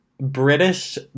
British